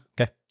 Okay